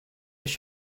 was